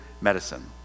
medicine